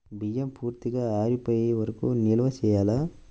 బియ్యం పూర్తిగా ఆరిపోయే వరకు నిల్వ చేయాలా?